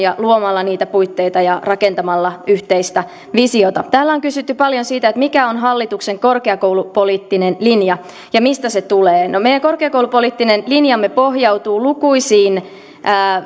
luomalla niitä puitteita ja rakentamalla yhteistä visiota täällä on kysytty paljon siitä mikä on hallituksen korkeakoulupoliittinen linja ja mistä se tulee meidän korkeakoulupoliittinen linjamme pohjautuu lukuisiin